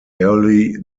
early